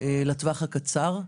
לטווח הקצר,